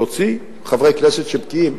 להוציא חברי כנסת שבקיאים,